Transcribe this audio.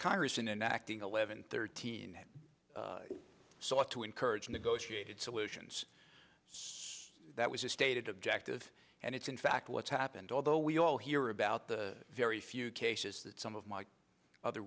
congress in enacting eleven thirteen sought to encourage negotiated solutions so that was a stated objective and it's in fact what's happened although we all hear about the very few cases that some of my other